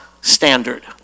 standard